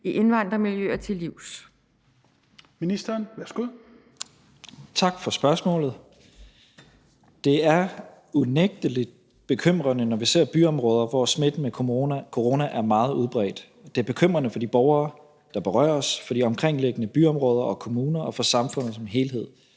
integrationsministeren (Mattias Tesfaye): Tak for spørgsmålet. Det er unægtelig bekymrende, når vi ser byområder, hvor smitten med corona er meget udbredt. Det er bekymrende for de borgere, der berøres, for de omkringliggende byområder og kommuner og for samfundet som helhed.